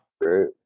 Great